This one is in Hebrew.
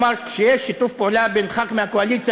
ואמר: כשיש שיתוף פעולה בין חבר כנסת מהקואליציה